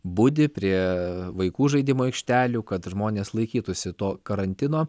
budi prie vaikų žaidimo aikštelių kad žmonės laikytųsi to karantino